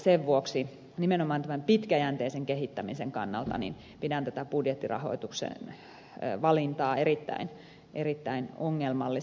sen vuoksi nimenomaan tämän pitkäjänteisen kehittämisen kannalta pidän budjettirahoituksen valintaa erittäin ongelmallisena